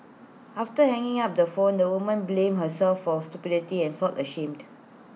after hanging up the phone the woman blamed herself for stupidity and felt ashamed